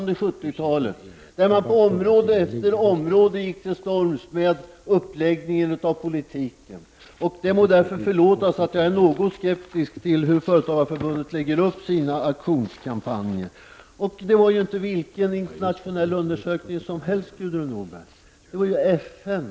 Där gick man på område efter område till storms mot uppläggningen av politiken. Det må förlåtas att jag är något skeptisk till hur Företagareförbundet lägger upp sina aktionskampanjer. Det var ju inte vilken internationell undersökning som helst det var fråga om, Gudrun Norberg.